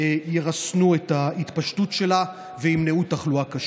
ירסנו את ההתפשטות שלה וימנעו תחלואה קשה.